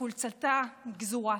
כשחולצתה גזורה.